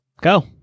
Go